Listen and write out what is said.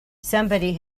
somebody